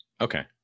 okay